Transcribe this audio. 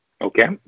Okay